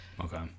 okay